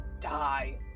die